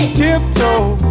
tiptoe